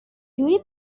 جوری